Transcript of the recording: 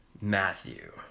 Matthew